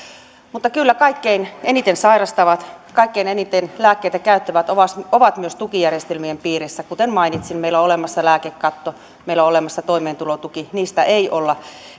mutta kyllä kaikkein eniten sairastavat kaikkein eniten lääkkeitä käyttävät ovat myös tukijärjestelmien piirissä kuten mainitsin meillä on olemassa lääkekatto meillä on olemassa toimeentulotuki niistä ei olla